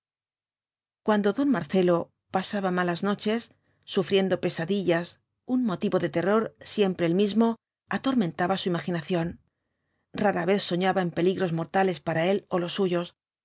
cuando don marcelo pasaba malas noches sufriendo pesadillas un motivo de terror siempre el mismo atormentaba su imaginación rara vez soñaba en peligros mortales para él ó los suyos